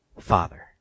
Father